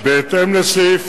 בהתאם לסעיף